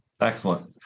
Excellent